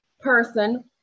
person